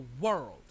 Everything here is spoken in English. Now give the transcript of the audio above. world